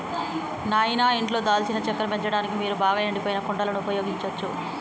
నాయిన ఇంట్లో దాల్చిన చెక్కను పెంచడానికి మీరు బాగా ఎండిపోయిన కుండలను ఉపయోగించచ్చు